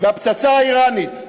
והפצצה האיראנית.